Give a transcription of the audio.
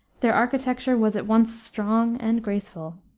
their architecture was at once strong and graceful.